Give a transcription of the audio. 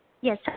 Yes